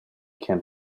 can